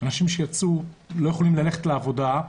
אנשים שיצאו, לא יכולים ללכת לעבודה.